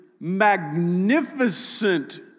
Magnificent